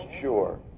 sure